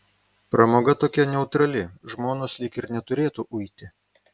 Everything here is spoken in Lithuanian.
pramoga tokia neutrali žmonos lyg ir neturėtų uiti